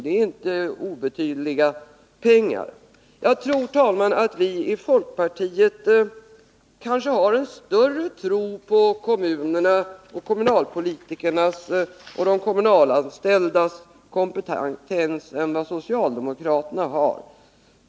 Det är inte obetydliga pengar. Jag tror, herr talman, att vi i folkpartiet kanske har en större tro på kommunerna, kommunalpolitikernas och de kommunalanställdas kompetens än vad socialdemokraterna har.